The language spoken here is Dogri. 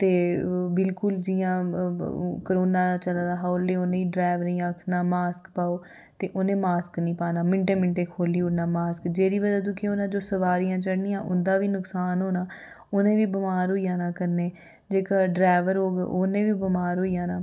ते बिलकुल जियां करोना चला दा हा ओल्लै उ'नें ड्रैवरें गी आखना मास्क पाओ ते उ'नें मास्क नी पाना मिन्टे मिन्टे खोह्ली ओड़ना मास्क जेह्दी बजह् तू केह् होना जो सवारियां चढ़नियां उं'दा बी नकसान होना उ नें बी बमार होई जाना कन्नै जेकर ड्रैवर होग उ'नें बी बमार होई जाना